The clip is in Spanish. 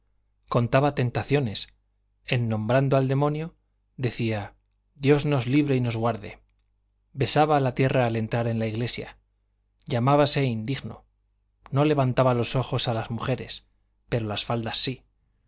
contaba tentaciones en nombrando al demonio decía dios nos libre y nos guarde besaba la tierra al entrar en la iglesia llamábase indigno no levantaba los ojos a las mujeres pero las faldas sí